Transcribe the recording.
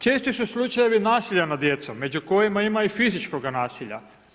Često su slučajevi nasilja nad djecom među kojima ima i fizičkoga nasilja.